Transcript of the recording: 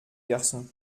garçon